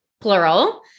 plural